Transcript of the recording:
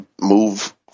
move